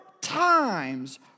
times